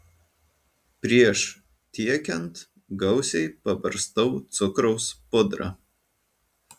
prieš tiekiant gausiai pabarstau cukraus pudra